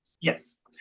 Yes